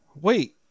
Wait